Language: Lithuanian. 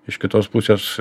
iš kitos pusės